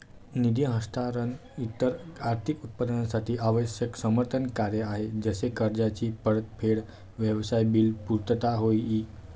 निधी हस्तांतरण इतर आर्थिक उत्पादनांसाठी आवश्यक समर्थन कार्य आहे जसे कर्जाची परतफेड, व्यवसाय बिल पुर्तता होय ई